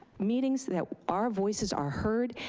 meetings that our voices are heard,